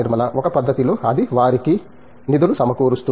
నిర్మల ఒక పద్ధతిలో అది వారికి నిధులు సమకూరుస్తుంది